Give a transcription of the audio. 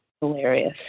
hilarious